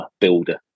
builder